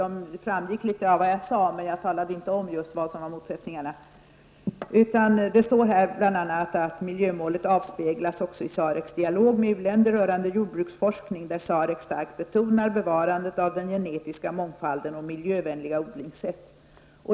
De framgick litet av det jag sade, men jag talade inte om vilka motsättningarna var. Det står bl.a. i svaret att: ''Miljömålet avspeglas också i SARECs dialog med u-länder rörande jordbruksforskning, där SAREC starkt betonar bevarandet av den genetiska mångfalden och miljövänliga odlingssätt.''